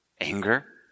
anger